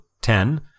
ten